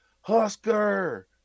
Husker